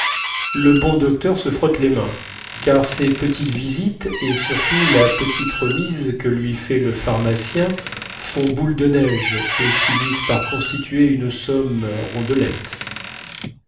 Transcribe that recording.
le bon docteur se frotte les mains car ses petites visites et surtout la petite remise que lui fait le pharmacien font boule de neige et finissent par constituer une somme rondelette